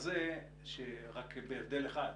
רק בהבדל אחד.